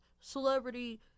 celebrity